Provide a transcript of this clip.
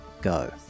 go